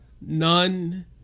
none